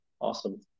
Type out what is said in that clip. Awesome